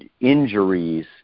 injuries